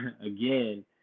again